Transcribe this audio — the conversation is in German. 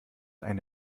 eine